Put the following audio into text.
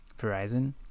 Verizon